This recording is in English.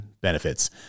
benefits